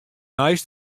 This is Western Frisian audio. neist